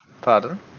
Pardon